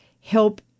help